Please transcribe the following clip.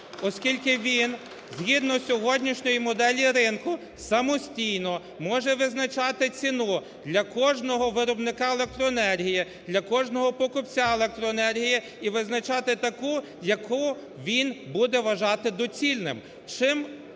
оскільки він згідно сьогоднішньої моделі ринку самостійно може визначати ціну для кожного виробника електроенергії, для кожного покупця електроенергії, і визначати таку, яку він буде вважати доцільним.